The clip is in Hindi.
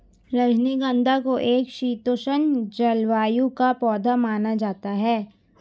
रजनीगंधा को एक शीतोष्ण जलवायु का पौधा माना जाता है